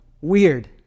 weird